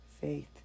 faith